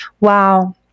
wow